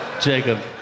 Jacob